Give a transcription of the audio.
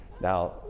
Now